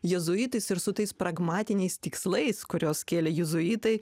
jėzuitais ir su tais pragmatiniais tikslais kuriuos kėlė jėzuitai